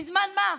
בזמן שמה,